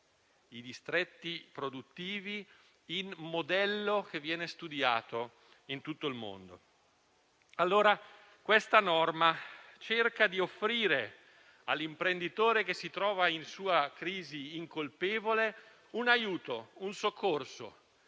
i distretti produttivi in un modello che viene studiato in tutto il mondo. La norma cerca allora di offrire all'imprenditore che si trova in crisi incolpevole un aiuto e un soccorso